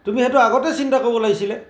তুমি সেইটো আগতেই চিন্তা কৰিব লাগিছিলে